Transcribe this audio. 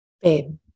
Babe